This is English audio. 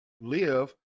live